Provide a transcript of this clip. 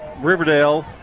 Riverdale